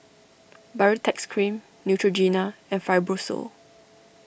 Baritex Cream Neutrogena and Fibrosol